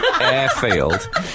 airfield